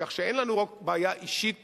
כך שאין לנו בעיה אישית פה,